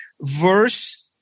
verse